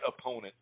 opponent